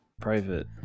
private